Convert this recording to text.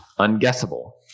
Unguessable